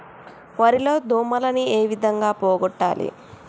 వరి లో దోమలని ఏ విధంగా పోగొట్టాలి?